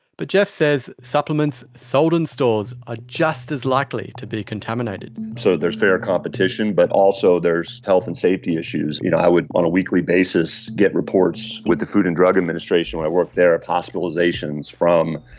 but jeff says supplements sold in stores are just as likely to be contaminated. so there's fair competition but also there's health and safety issues. you know, i would on a weekly basis get reports with the food and drug administration when i worked there, of hospitalisations from,